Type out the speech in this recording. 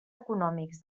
econòmics